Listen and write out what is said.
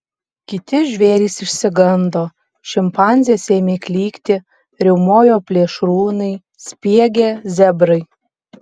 kiti žvėrys išsigando šimpanzės ėmė klykti riaumojo plėšrūnai spiegė zebrai